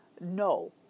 no